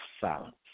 silence